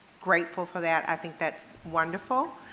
grateful for that. i think that's wonderful